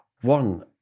One